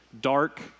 Dark